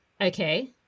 okay